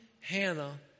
Hannah